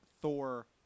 Thor